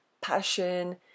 passion